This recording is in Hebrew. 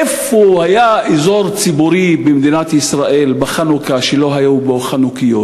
איפה היה אזור ציבורי במדינת ישראל בחנוכה שלא היו בו חנוכיות?